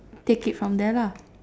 take it from there lah